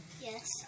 Yes